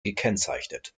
gekennzeichnet